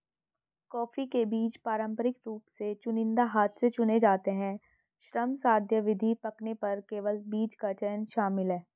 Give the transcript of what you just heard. coffee के बीज पारंपरिक रूप से चुनिंदा हाथ से चुने जाते हैं, श्रमसाध्य विधि, पकने पर केवल बीज का चयन शामिल है